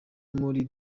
muri